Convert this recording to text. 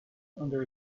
under